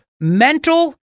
mental